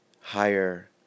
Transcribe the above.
higher